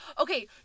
okay